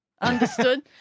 Understood